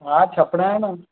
हा छपाइणा आहे न